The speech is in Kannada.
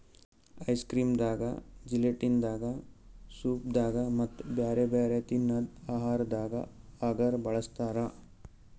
ಐಸ್ಕ್ರೀಮ್ ದಾಗಾ ಜೆಲಟಿನ್ ದಾಗಾ ಸೂಪ್ ದಾಗಾ ಮತ್ತ್ ಬ್ಯಾರೆ ಬ್ಯಾರೆ ತಿನ್ನದ್ ಆಹಾರದಾಗ ಅಗರ್ ಬಳಸ್ತಾರಾ